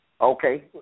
Okay